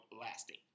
lasting